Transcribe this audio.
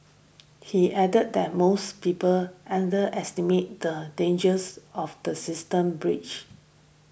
he added that most people underestimate the dangers of the systems breached